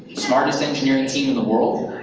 smartest engineering team in the world.